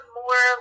more